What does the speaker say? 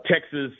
Texas